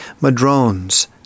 Madrones